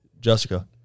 Jessica